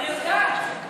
אני יודעת.